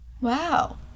Wow